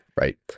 right